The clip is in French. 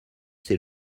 c’est